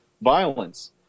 violence